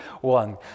one